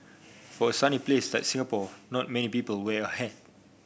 for a sunny place like Singapore not many people wear a hat